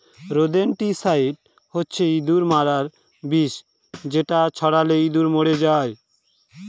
rodenticide হচ্ছে ইঁদুর মারার বিষ যেটা ছড়ালে ইঁদুর মরে যায়